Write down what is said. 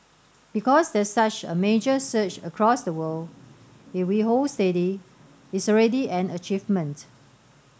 because there's such a major surge across the world if we hold steady it's already an achievement